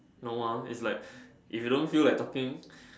no ah it's like if you don't feel like talking